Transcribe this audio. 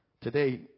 Today